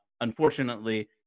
unfortunately